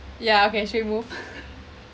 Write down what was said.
yeah okay actually move